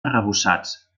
arrebossats